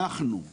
אנחנו,